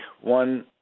one